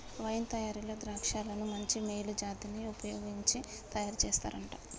wine తయారీలో ద్రాక్షలను మంచి మేలు జాతివి వుపయోగించి తయారు చేస్తారంట